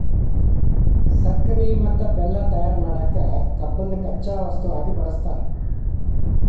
ಸಕ್ಕರಿ ಮತ್ತ ಬೆಲ್ಲ ತಯಾರ್ ಮಾಡಕ್ ಕಬ್ಬನ್ನ ಕಚ್ಚಾ ವಸ್ತುವಾಗಿ ಬಳಸ್ತಾರ